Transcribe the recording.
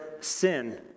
sin